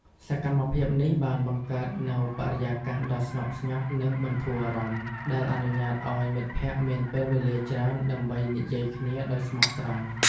សកម្មភាពនេះបានបង្កើតនូវបរិយាកាសដ៏ស្ងប់ស្ងាត់និងបន្ធូរអារម្មណ៍ ដែលអនុញ្ញាតឱ្យមិត្តភក្តិមានពេលវេលាច្រើនដើម្បីនិយាយគ្នាដោយស្មោះត្រង់។